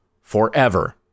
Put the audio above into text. forever